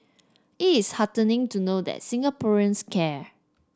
it is heartening to know that Singaporeans care